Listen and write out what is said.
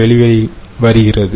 வெளிவருகிறது